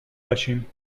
باشیم